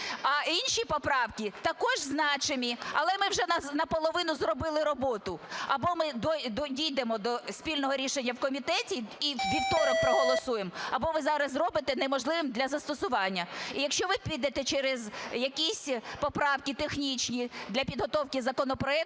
а інші поправки також значимі. Але ми вже наполовину зробили роботу. Або ми дійдемо до спільного рішення в комітеті і у вівторок проголосуємо, або ви зараз зробите неможливим для застосування. І якщо ви підете через якісь поправки технічні для підготовки законопроекту,